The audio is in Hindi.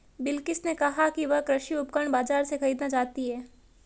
बिलकिश ने कहा कि वह कृषि उपकरण बाजार से खरीदना चाहती है